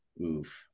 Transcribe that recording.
Oof